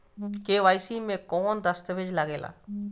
KYC मे कौन दश्तावेज लागेला?